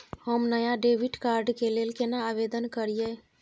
हम नया debit card के लेल केना आवेदन करियै?